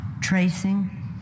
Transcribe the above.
tracing